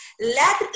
Let